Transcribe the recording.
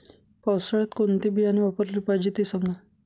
पावसाळ्यात कोणते बियाणे वापरले पाहिजे ते सांगा